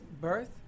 birth